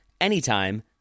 anytime